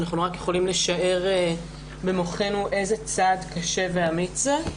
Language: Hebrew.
שאנחנו רק יכולים לשער איזה צעד קשה ואמיץ זה.